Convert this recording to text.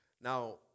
Now